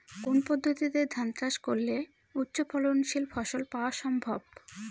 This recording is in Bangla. কোন পদ্ধতিতে ধান চাষ করলে উচ্চফলনশীল ফসল পাওয়া সম্ভব?